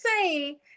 say